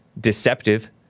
deceptive